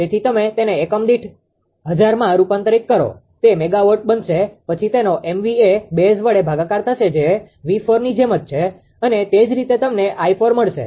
તેથી તમે તેને એકમ દીઠ1000માં રૂપાંતરિત કરો તે મેગાવોટ બનશે પછી તેનો MVA બેઝ વડે ભાગાકાર થશે જે 𝑉4ની જેમ જ છે અને તે જ રીતે તમને 𝑖4 મળશે